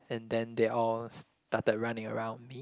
and then they all started running around me